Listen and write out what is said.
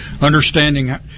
understanding